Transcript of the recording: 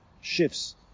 shifts